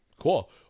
Cool